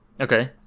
Okay